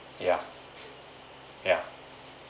yeah yeah